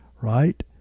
Right